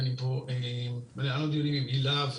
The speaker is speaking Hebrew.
והיו לנו דיונים עם הילה,